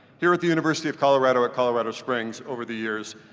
here at the university of colorado at colorado springs over the years,